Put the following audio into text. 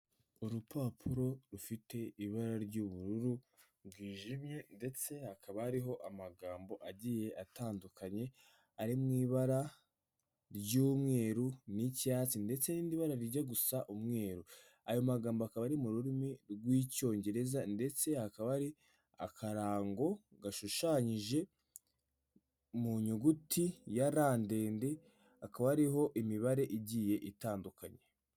Urupapuro rufite ibara ry'ubururu rwijimye ndetse hakaba hariho amagambo agiye atandukanye, ari mu ibara ry'umweru n'icyatsi ndetse n'irindi bara rijya gusa umweru, ayo magambo akaba ari mu rurimi rw'icyongereza ndetse akaba ari akarango gashushanyije mu nyuguti ya L ndende, akaba ariho imibare igiye itandukanye.